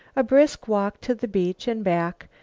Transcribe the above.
a brisk walk to the beach and back,